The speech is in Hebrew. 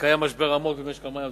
שקיים משבר עמוק במשק המים.